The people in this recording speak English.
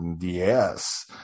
yes